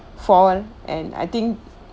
fall and I think